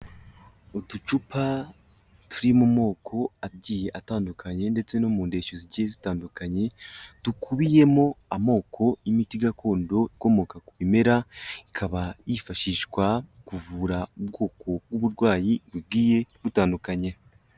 Uducupa turi mu moko agiye atandukanye ndetse no mu ndeshyo zigiye zitandukanye, dukubiyemo amoko y'imiti gakondo ikomoka ku bimera, ikaba yifashishwa mu kuvura ubwoko bw'uburwayi bugiye butandukanye.